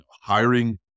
Hiring